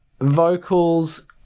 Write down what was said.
vocals